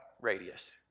radius